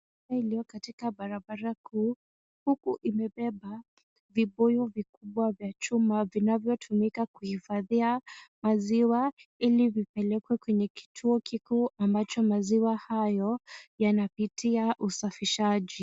Pikipiki iliyo katika barabara kuu, huku imebeba vibuyu vikubwa vya chuma, vinavyotumika kuhifadhia maziwa. Ili vipelekwe kwenye kituo kikuu, ambacho maziwa hayo yanapitia usafishaji.